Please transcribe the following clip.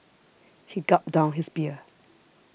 he gulped down his beer